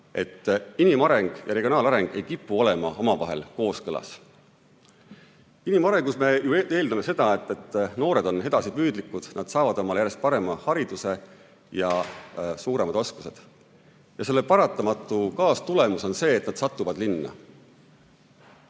et inimareng ja regionaalareng ei kipu olema omavahel kooskõlas. Inimarengus me ju eeldame seda, et noored on edasipüüdlikud, nad saavad omale järjest parema hariduse ja suuremad oskused. Selle paratamatu kaastulemus on see, et nad satuvad linna.